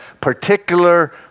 particular